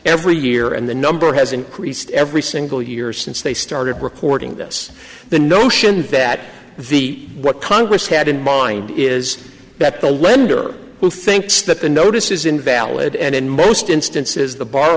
every year and the number has increased every single year since they started reporting this the notion that the what congress had in mind is that the lender who thinks that the notice is invalid and in most instances the